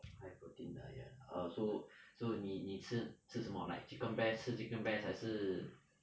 high protein diet ah oh so so 你你吃吃什么 like chicken breast 吃 chicken breast 还是